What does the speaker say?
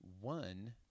one